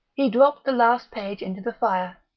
he dropped the last page into the fire,